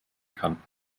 kann